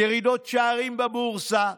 ירידות שערים בבורסה,